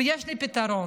ויש לי פתרון.